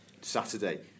Saturday